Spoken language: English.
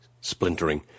splintering